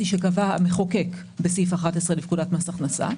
שקבע המחוקק בסעיף 11 לפקודת מס הכנסה.